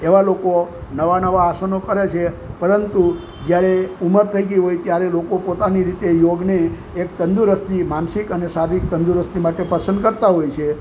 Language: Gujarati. એવા લોકો નવા નવા આસનો કરે છે પરંતુ જ્યારે ઉંમર થઈ ગઈ હોય ત્યારે લોકો પોતાની રીતે યોગને એક તંદુરસ્તી માનસિક અને શારીરિક તંદુરસ્તી માટે પસંદ કરતા હોય છે